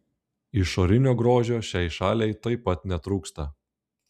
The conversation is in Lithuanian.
išorinio grožio šiai šaliai taip pat netrūksta